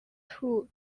two